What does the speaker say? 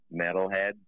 metalhead